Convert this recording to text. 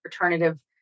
alternative